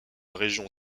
région